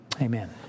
amen